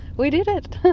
we did it.